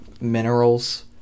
minerals